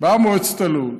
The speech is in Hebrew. באה מועצת הלול,